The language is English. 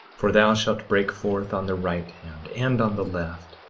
for thou shalt break forth on the right hand and on the left,